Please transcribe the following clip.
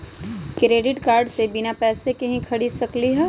Credit card से बिना पैसे के ही खरीद सकली ह?